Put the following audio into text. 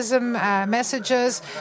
Messages